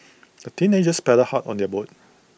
the teenagers paddled hard on their boat